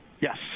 Yes